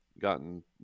gotten